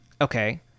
Okay